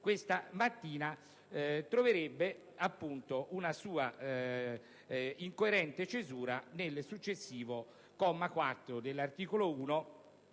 questa mattina - troverebbero una loro incoerente cesura nel successivo comma 4 dell'articolo 1